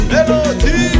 Melody